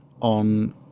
on